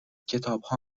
کتابها